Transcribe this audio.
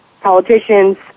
politicians